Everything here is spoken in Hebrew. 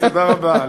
תודה רבה.